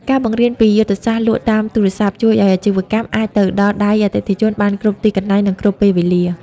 ការបង្រៀនពី "យុទ្ធសាស្ត្រលក់តាមទូរស័ព្ទ" ជួយឱ្យអាជីវកម្មអាចទៅដល់ដៃអតិថិជនបានគ្រប់ទីកន្លែង និងគ្រប់ពេលវេលា។